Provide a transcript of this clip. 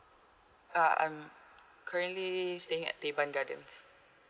uh I'm currently staying at teban gardens